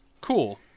cool